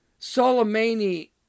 Soleimani